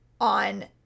on